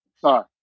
Sorry